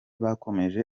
bakomeje